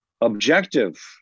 objective